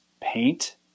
paint